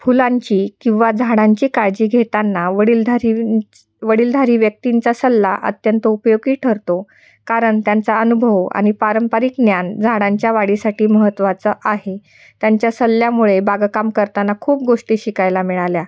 फुलांची किंवा झाडांची काळजी घेताना वडीलधारी वडीलधारी व्यक्तींचा सल्ला अत्यंत उपयोगी ठरतो कारण त्यांचा अनुभव आणि पारंपरिक ज्ञान झाडांच्या वाढीसाठी महत्त्वाचं आहे त्यांच्या सल्ल्यामुळे बागकाम करताना खूप गोष्टी शिकायला मिळाल्या